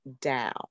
down